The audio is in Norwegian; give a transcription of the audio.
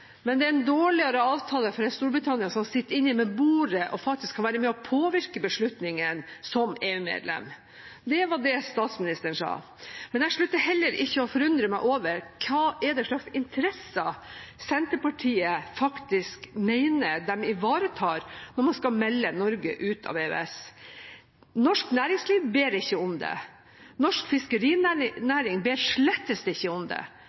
Men det er en dårligere avtale for et Storbritannia som sitter ved bordet og faktisk kan være med og påvirke beslutningene som EU-medlem. Det var det statsministeren sa. Jeg slutter heller ikke å forundre meg over hva det er for slags interesser Senterpartiet faktisk mener de ivaretar når man skal melde Norge ut av EØS. Norsk næringsliv ber ikke om det. Norsk fiskerinæring ber slett ikke om det.